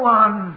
one